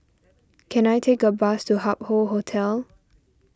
can I take a bus to Hup Hoe Hotel